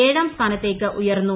ഏഴാം സ്ഥാനത്തേക്ക് ഉയർന്നു